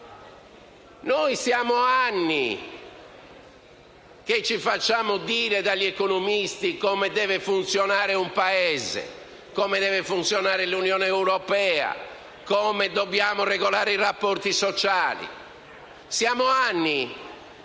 È da anni che ci facciamo dire dagli economisti come deve funzionare un Paese, come deve funzionare l'Unione europea, come dobbiamo regolare i rapporti sociali.